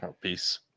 Peace